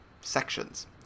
sections